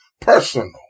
personal